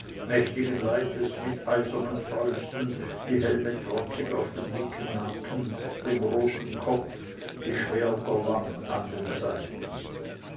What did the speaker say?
mächtigen leibes mit eisernen fäusten die helme trotzig auf dem dicken nacken dem großen kopf die schwerter lang an den seiten